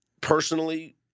personally